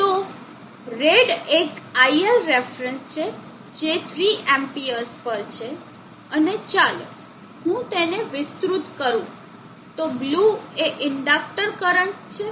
તો રેડ એક ILref છે જે 3 Amps પર છે અને ચાલો હું તેને વિસ્તૃત કરું તો બ્લુ એ ઇન્ડકટર કરંટ છે